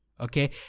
Okay